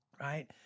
right